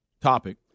topic